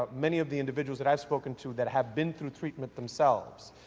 many of the individuals that i have spoken to that have been through treatment themselves,